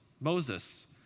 Moses